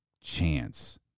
chance